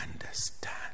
understand